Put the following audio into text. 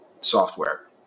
software